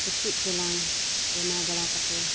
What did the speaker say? ᱴᱩᱠᱩᱡ ᱪᱮᱞᱟᱝ ᱵᱮᱱᱟᱣ ᱵᱟᱲᱟ ᱠᱟᱛᱮ